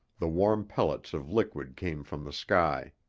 the warm pellets of liquid came from the sky.